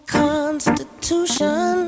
constitution